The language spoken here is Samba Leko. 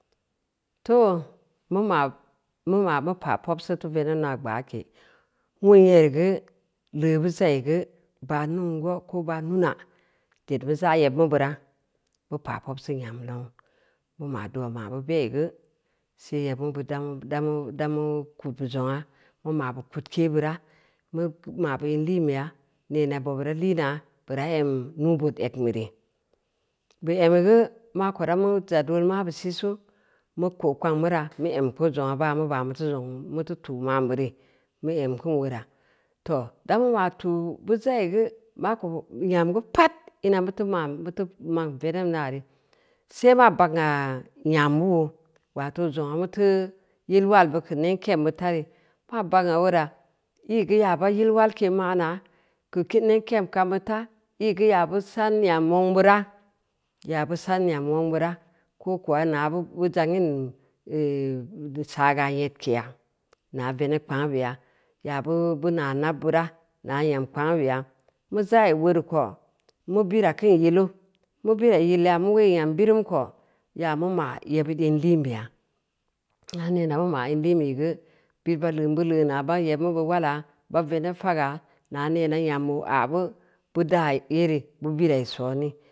Too, mu ma- mumu mu pa pobsi teu veneb naa gbaake, wun nyereu geu leu bu za’i geu ba’ nango, ko ba nuna, ded mu za’ yebmu bira, bu pa’ pobsi nyam nou, bu ma dua ma’ bu be’i geu see yamu damu dawu kudbu zongna, mu ma’ bu tudke beura, mu ma ba in liin beya neen bob bureu liina, bura em nuw-bood egn bere, bu emmi geu maa ko dawu zad weed mabu sisu mu ko’ kpang mura mu em poo zongna bangn mu ba wutu, mu tu tu’ ma’n beure mu em kun weura too, damu ma’ tu’ bu za’ igeu mako nyam geu pad ina muteu ma’n veneb nearest, see ma bagna nyam wuu wato zongna mutu yil walbu keu neb ke’em bid ta re, maa bagna weura ii geu yaaba yil walke yau ma’na keu reb keem ko’aw bid ta, ii geu yaa bus an nyam nwong bira, yaa bus an nyam mwong bira, ko kowa nya bu zangin ehh sa aga nyedkea naa veneb kpangnu beya, yaa bu san nyam nwong bira, yaa bus an nyam nwong bira, ko kowa nya bu zangin saaga nyedkea naa veneb kpangnu beya, yaa bu nna nab bura, naa nyam kpangnu beya, mu za’i weureu ko, mu bira kin yilu mu bira yil yamu weuyi nyam birum ko, yamu ma’ yebbid in liinbeya, yaa mu nea in liinbei geu bid ba leum ba leuna ba yebma bid wala, ba veneb faga naa neena nyam wuu nyabu bud aa yere bu birai soni.